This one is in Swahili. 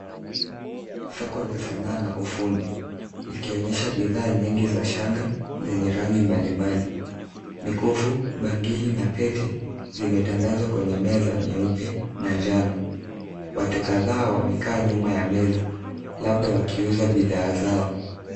Soko la Sanaa na ufundi, likionyesha bidhaa nyingi za shanga, zenye rangi mbalimbali. Mikufu, bangili na pete, zimetandazwa kwenye Meza nyeupe na njano. Watu kadhaa wamekaa nyuma ya meza labda wakiuza bidhaa zao.